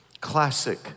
classic